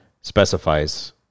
specifies